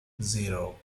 zero